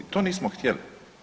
To nismo htjeli.